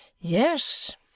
Yes